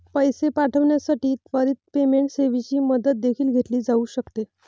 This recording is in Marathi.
पैसे पाठविण्यासाठी त्वरित पेमेंट सेवेची मदत देखील घेतली जाऊ शकते